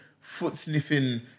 foot-sniffing